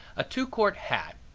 a two-quart hat,